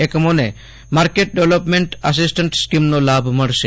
એકમોને market development assistant સ્કીમનો લાભ મળશે